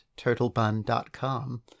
TurtleBun.com